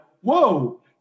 whoa –